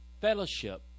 fellowship